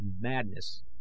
madness